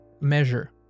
measure